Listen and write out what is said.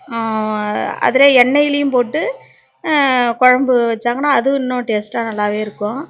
அதில் எண்ணெய்லையும் போட்டு குழம்பு வச்சாங்கனால் அதுவும் இன்னும் டேஸ்ட்டாக நல்லாவே இருக்கும்